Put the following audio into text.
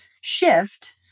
shift